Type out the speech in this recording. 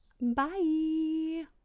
Bye